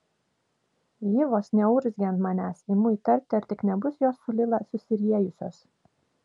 ji vos neurzgia ant manęs imu įtarti ar tik nebus jos su lila susiriejusios